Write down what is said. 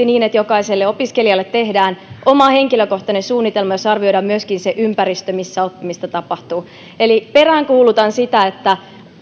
niin että jokaiselle opiskelijalle tehdään oma henkilökohtainen suunnitelma jossa arvioidaan myöskin se ympäristö missä oppimista tapahtuu eli peräänkuulutan sitä että